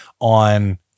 on